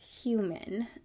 human